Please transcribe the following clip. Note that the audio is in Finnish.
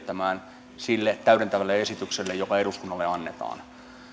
tulee edellyttämään sille täydentävälle esitykselle joka eduskunnalle annetaan